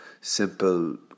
simple